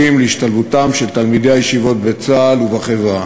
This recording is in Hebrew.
להשתלבותם של תלמידי הישיבות בצה”ל ובחברה.